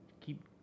keep